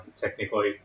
technically